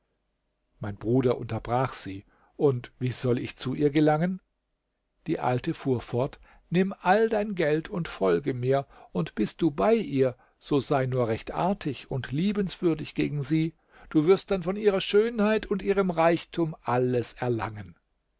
mein bruder unterbrach sie und wie soll ich zu ihr gelangen die alte fuhr fort nimm all dein geld und folge mir und bist du bei ihr so sei nur recht artig und liebenswürdig gegen sie du wirst dann von ihrer schönheit und ihrem reichtum alles erlangen